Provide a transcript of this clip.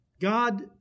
god